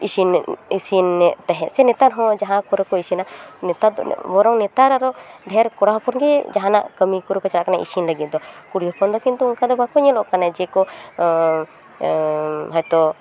ᱤᱥᱤᱱᱮᱫ ᱤᱥᱤᱱᱮᱫ ᱛᱟᱦᱮᱫ ᱥᱮ ᱱᱟᱛᱟᱨ ᱦᱚᱸ ᱡᱟᱦᱟᱸ ᱠᱚᱨᱮ ᱠᱚ ᱤᱥᱤᱱᱟ ᱱᱮᱛᱟᱨ ᱵᱚᱨᱚᱝ ᱱᱮᱛᱟᱨ ᱟᱨᱚ ᱰᱷᱮᱨ ᱠᱚᱲᱟ ᱦᱚᱯᱚᱱ ᱜᱮ ᱡᱟᱦᱟᱸ ᱱᱟᱜ ᱠᱟᱹᱢᱤ ᱠᱚᱨᱮᱫ ᱠᱚ ᱪᱟᱞᱟᱜ ᱠᱟᱱᱟ ᱤᱥᱤᱱ ᱞᱟᱹᱜᱤᱫ ᱫᱚ ᱠᱩᱲᱤ ᱦᱚᱯᱚᱱ ᱫᱚ ᱠᱤᱱᱛᱩ ᱚᱱᱠᱟ ᱫᱚ ᱵᱟᱠᱚ ᱧᱮᱞᱚᱜ ᱠᱟᱱᱟ ᱡᱮᱠᱚ ᱦᱳᱭᱛᱳ